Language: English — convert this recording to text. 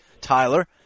Tyler